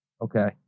Okay